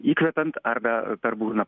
įkvepiant arba per burną